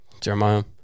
Jeremiah